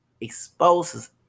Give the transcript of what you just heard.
exposes